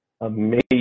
amazing